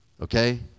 Okay